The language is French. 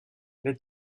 les